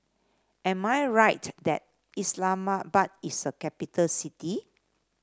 am I right that Islamabad is a capital city